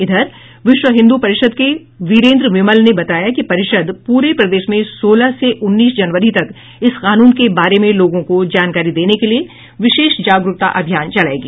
इधर विश्व हिन्दू परिषद् के वीरेन्द्र विमल ने बताया कि परिषद पूरे प्रदेश में सोलह से उन्नीस जनवरी तक इस कानून के बारे में लोगों को जानकारी देने के लिए विशेष जागरूकता अभियान चलाएगी